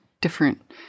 different